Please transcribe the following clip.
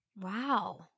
Wow